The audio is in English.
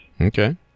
Okay